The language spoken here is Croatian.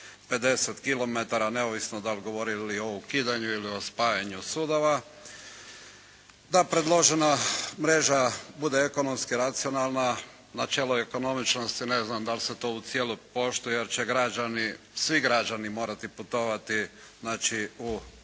50 km, neovisno da li govorili o ukudanju ili o spajanju sudova, da predložena mreža ekonomski racionalna, načelo ekonomičnosti, ne znam da li se to u cijelu poštuje jer će građani, svi građani morati putovati